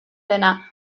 dena